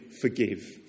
forgive